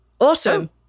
Awesome